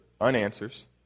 unanswers